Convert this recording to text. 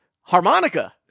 harmonica